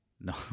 No